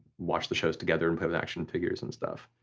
watch the shows together and play with action figures and stuff.